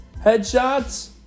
headshots